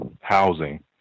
housing